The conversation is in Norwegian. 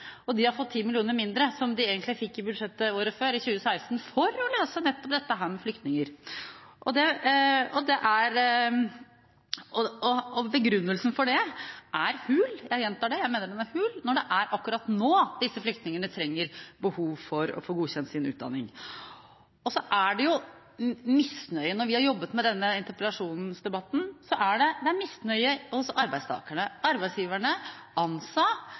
De har fått 10 mill. kr mindre, som de egentlig fikk i budsjettet for i fjor, for 2016, for å løse nettopp dette med flyktninger. Begrunnelsen for dette er hul. Jeg gjentar at jeg mener at den er hul, når det er akkurat nå disse flyktningene har behov for å få godkjent sin utdanning. Når vi har jobbet med denne interpellasjonsdebatten, har vi sett misnøye hos arbeidstakerne, arbeidsgiverne, ANSA